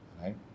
Right